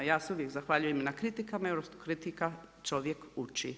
Ja se uvijek zahvaljujem i na kritikama jer od kritika čovjek uči.